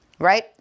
right